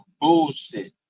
bullshit